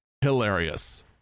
hilarious